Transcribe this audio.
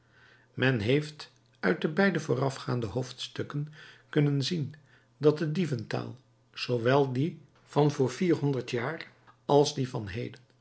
men heeft uit de beide voorafgaande hoofdstukken kunnen zien dat de dieventaal zoowel die van voor vierhonderd jaar als die van heden